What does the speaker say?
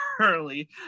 early